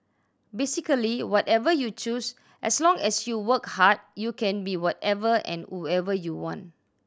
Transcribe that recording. basically whatever you choose as long as you work hard you can be whatever and whoever you want